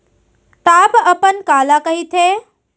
Top अपन काला कहिथे?